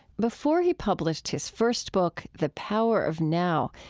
before he published his first book, the power of now,